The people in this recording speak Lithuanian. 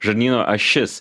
žarnyno ašis